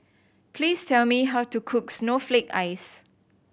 please tell me how to cook snowflake ice